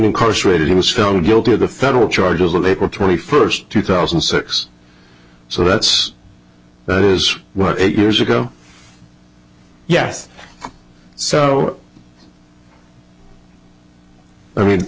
incarcerated he was found guilty of the federal charges of april twenty first two thousand and six so that's that is what eight years ago yes so i mean